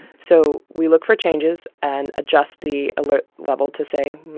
so we look for changes and adjust the alert level to say,